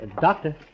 Doctor